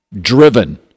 driven